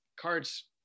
cards